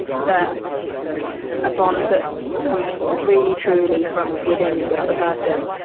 ah that that a bond that comes really, truly from within to another person.